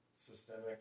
systemic